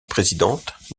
présidente